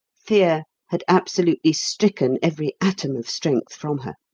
fear had absolutely stricken every atom of strength from her.